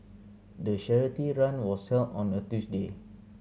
the charity run was held on a Tuesday